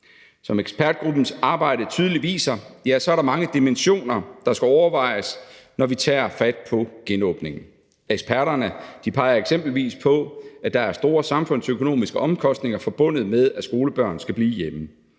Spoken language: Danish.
Som ekspertgruppens arbejde tydeligt viser, er der mange dimensioner, der skal overvejes, når vi tager fat på genåbningen. Eksperterne peger eksempelvis på, at der er store samfundsøkonomiske omkostninger forbundet med, at skolebørn skal blive hjemme.